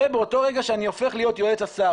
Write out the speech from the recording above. ובאותו רגע שאני הופך להיות יועץ השר,